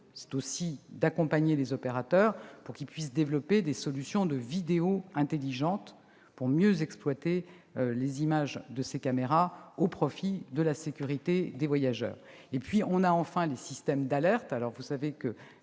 est également d'accompagner les opérateurs pour qu'ils puissent développer des solutions de vidéo intelligentes, afin de mieux exploiter les images de ces caméras, au profit de la sécurité des voyageurs. Nous avons enfin des systèmes d'alerte. Vous le savez,